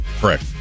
Correct